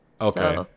Okay